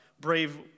brave